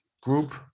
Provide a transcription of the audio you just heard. group